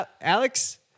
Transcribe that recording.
Alex